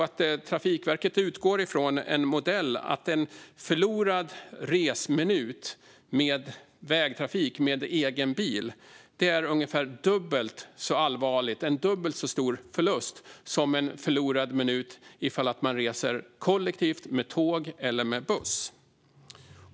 Trafikverket utgår från en modell där en förlorad resminut med vägtrafik, med egen bil, är ungefär dubbelt så allvarlig, en dubbelt så stor förlust, som en förlorad resminut med kollektivtrafik, med tåg eller buss.